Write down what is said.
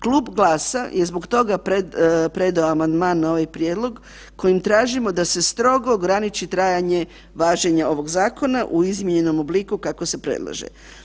Klub GLAS-a je zbog toga predao amandman na ovaj prijedlog kojim tražimo da se strogo ograničiti trajanje važenja ovog zakona u izmijenjenom obliku kako se predlaže.